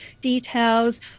details